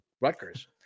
Rutgers